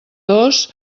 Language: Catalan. dos